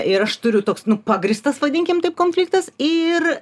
ir aš turiu toks nu pagrįstas vadinkim taip konfliktas ir